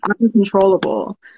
uncontrollable